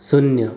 શૂન્ય